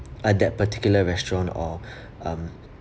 uh that particular restaurant or um